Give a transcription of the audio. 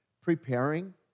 preparing